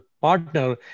partner